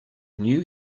new